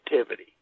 activity